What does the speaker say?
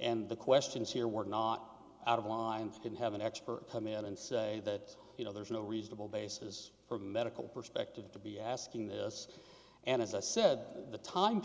and the questions here were not out of lines can have an expert come in and say that you know there's no reasonable basis for a medical perspective to be asking this and as i said the time